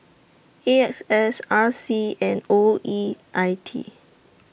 A X S R C and O E I T